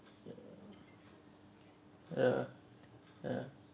ya ya